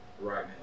right